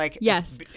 yes